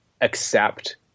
accept